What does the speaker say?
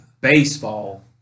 baseball